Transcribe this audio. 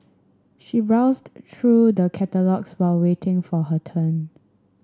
she browsed through the catalogues while waiting for her turn